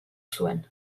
zuen